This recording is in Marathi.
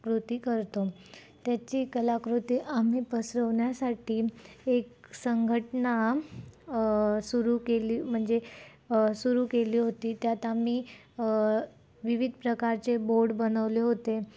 कृती करतो त्याची कलाकृती आम्ही पसरवण्यासाठी एक संघटना सुरू केली म्हणजे सुरू केली होती त्यात आम्ही विविध प्रकारचे बोर्ड बनवले होते